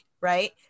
right